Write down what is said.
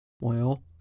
Well